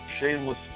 Shameless